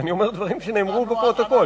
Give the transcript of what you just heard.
ואני אומר דברים שנרשמו בפרוטוקול,